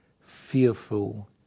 fearful